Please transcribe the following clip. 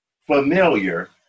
familiar